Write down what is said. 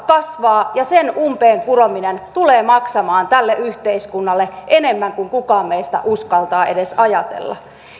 kasvaa ja sen umpeenkurominen tulee maksamaan tälle yhteiskunnalle enemmän kuin kukaan meistä uskaltaa edes ajatella